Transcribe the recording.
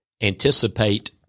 anticipate